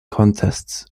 contests